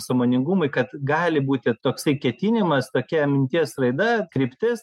sąmoningumui kad gali būti toksai ketinimas tokia minties raida kryptis